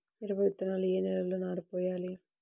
మిరప విత్తనాలు ఏ నెలలో నారు పోయాలి?